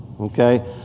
Okay